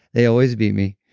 they always beat me.